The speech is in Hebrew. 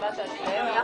הצבעת על שתיהן ביחד?